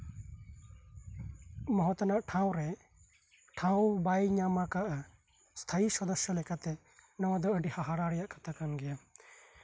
ᱢᱚᱦᱚᱛᱟᱱᱟᱜ ᱴᱷᱟᱶ ᱨᱮ ᱴᱷᱟᱶ ᱵᱟᱭ ᱧᱟᱢᱟᱠᱟᱜᱼᱟ ᱥᱛᱷᱟᱭᱤ ᱥᱚᱫᱚᱥᱥᱚ ᱞᱮᱠᱟᱛᱮ ᱱᱚᱶᱟ ᱫᱚ ᱟᱹᱰᱤ ᱦᱟᱦᱟᱲᱟ ᱨᱮᱭᱟᱜ ᱠᱟᱛᱷᱟ ᱠᱟᱱ ᱜᱮᱭᱟ